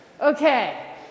Okay